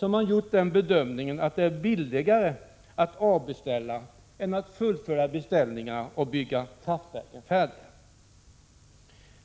har man gjort bedömningen att det är billigare att avbeställa än att fullfölja beställningar och färdigställa kraftverk.